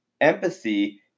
empathy